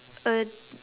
a